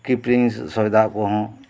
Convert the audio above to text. ᱠᱤᱯᱤᱨᱤᱧ ᱥᱚᱭᱫᱟ ᱠᱚᱦᱚᱸ